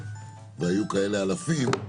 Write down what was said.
והיו כאלה אלפים,